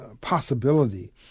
possibility